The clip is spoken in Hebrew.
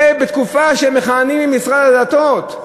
ובתקופה שהם מכהנים במשרד הדתות.